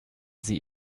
sie